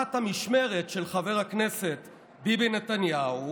תחת המשמרת של חבר הכנסת ביבי נתניהו,